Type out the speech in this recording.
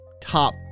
top